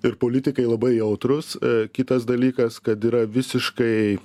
ir politikai labai jautrūs kitas dalykas kad yra visiškai